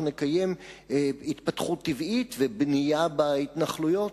נקיים התפתחות טבעית ובנייה בהתנחלויות.